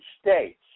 States